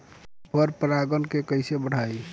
पर परा गण के कईसे बढ़ाई?